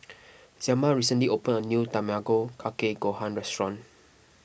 Zelma recently opened a new Tamago Kake Gohan restaurant